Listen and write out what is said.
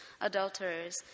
adulterers